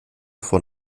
von